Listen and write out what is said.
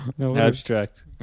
abstract